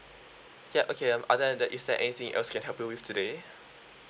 yup okay um other than that is there anything else I can help you with today